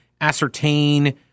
ascertain